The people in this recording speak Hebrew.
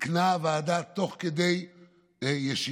תיקנה הוועדה תוך כדי ישיבתה,